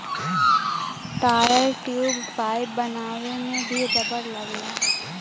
tyre, tube, pipe बनावे में भी रबड़ लगला